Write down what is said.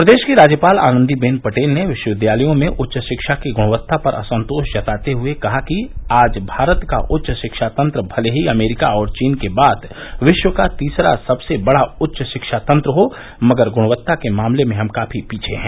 प्रदेश की राज्यपाल आनंदी बेन पटेल ने विश्वविद्यालयों में उच्च शिक्षा की गृणवत्ता पर असंतोष जताते हए कहा कि आज भारत का उच्च शिक्षा तंत्र भले ही अमेरिका और चीन के बाद विश्व का तीसरा सबसे बड़ा उच्च शिक्षा तंत्र हो मगर गुणवत्ता के मामले में हम काफी पीछे हैं